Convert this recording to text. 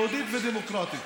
יהודית ודמוקרטית.